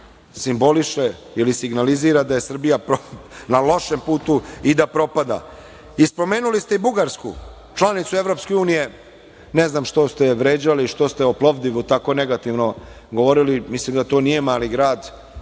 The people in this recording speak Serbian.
simboliše ili signalizira da je Srbija na lošem putu i da propada. Spomenuli ste i Bugarsku, članicu EU. Ne znam što ste je vređali, što ste o Plovdivu tako negativno govorili. Mislim da to nije mali grad